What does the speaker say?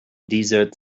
desert